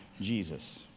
Jesus